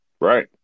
Right